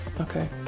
Okay